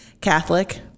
Catholic